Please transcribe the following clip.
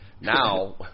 now